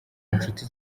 nshuti